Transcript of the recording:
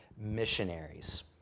missionaries